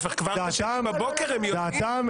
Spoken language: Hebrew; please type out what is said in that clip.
להיפך, כבר בשני בבוקר הם יודעים --- דעתם